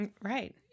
right